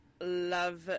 love